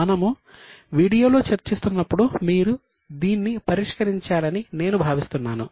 మనము వీడియోలో చర్చిస్తున్నప్పుడు మీరు దీన్నిపరిష్కరించాలని నేను భావిస్తున్నాను